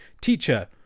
Teacher